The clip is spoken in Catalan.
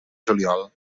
juliol